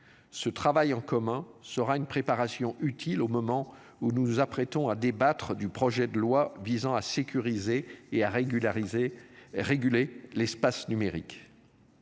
Ce travail en commun sera une préparation utile au moment où nous nous apprêtons à débattre du projet de loi visant à sécuriser et à régulariser réguler l'espace numérique.